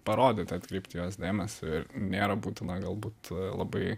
parodyti atkreipti į juos dėmesį ir nėra būtina galbūt labai